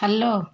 hello